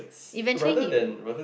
eventually he would